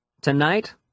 Tonight